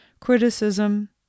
criticism